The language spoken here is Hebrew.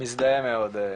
מזדהה מאוד,